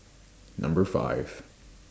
Number five